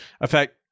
affect